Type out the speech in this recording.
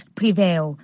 prevail